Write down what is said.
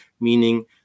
meaning